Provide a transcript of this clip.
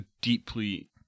deeply